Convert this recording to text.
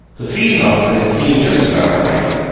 the fees offered had seemed just about right.